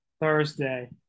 Thursday